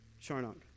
Charnock